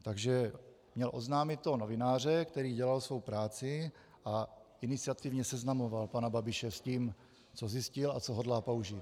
Takže měl oznámit toho novináře, který dělal svou práci a iniciativně seznamoval pana Babiše s tím, co zjistil a co hodlá použít.